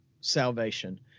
salvation